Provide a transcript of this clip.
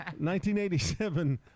1987